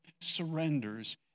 surrenders